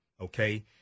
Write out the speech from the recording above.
okay